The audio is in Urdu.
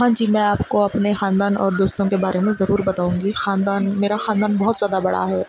ہاں جی میں آپ کو اپنے خاندان اور دوستوں کے بارے میں ضرور بتاؤں گی خاندان میرا خاندان بہت زیادہ بڑا ہے